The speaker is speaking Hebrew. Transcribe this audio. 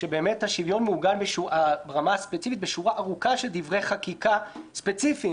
שהשוויון מעוגן ברמה הספציפית בשורה ארוכה של דברי חקיקה ספציפיים,